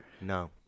No